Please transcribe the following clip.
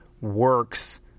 works